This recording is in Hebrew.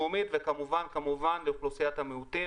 וכמובן לאוכלוסיית המיעוטים.